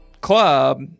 Club